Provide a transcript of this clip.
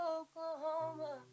Oklahoma